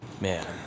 Man